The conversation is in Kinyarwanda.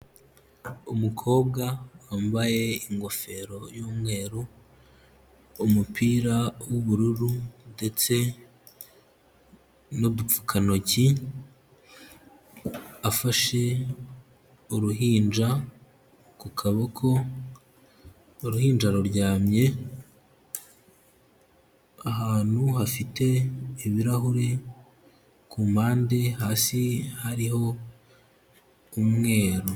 Umukobwa wambaye ingofero y'umweru umupira w'ubururu ndetse n'udupfukantoki afashe uruhinja ku kaboko, uruhinja ruryamye ahantu hafite ibirahuri kumpande hasi hariho umweru.